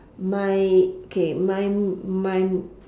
my K mine mine